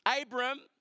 Abram